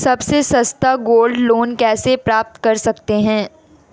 सबसे सस्ता gold loan कैसे प्राप्त कर सकते हैं?